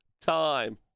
time